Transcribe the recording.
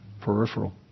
peripheral